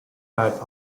fat